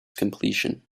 completion